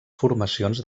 formacions